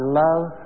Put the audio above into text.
love